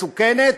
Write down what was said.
והיא מסוכנת,